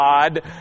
God